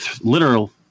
literal